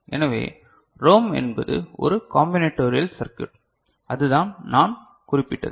எனவே ரோம் என்பது ஒரு காம்பினேடோரியல் சர்க்யுட் அதுதான் நாம் குறிப்பிட்டது